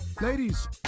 Ladies